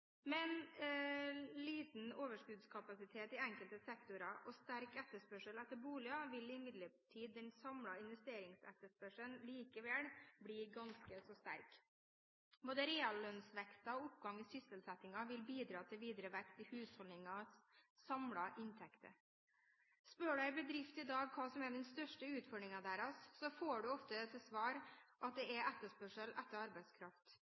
men med liten overskuddskapasitet i enkelte sektorer og sterk etterspørsel etter boliger, vil imidlertid den samme investeringsetterspørselen likevel bli ganske så sterk. Både reallønnsveksten og oppgang i sysselsettingen vil bidra til videre vekst i husholdningenes samlede inntekter. Spør du en bedrift i dag hva som er den største utfordringen deres, får du ofte til svar at det er etterspørsel etter arbeidskraft.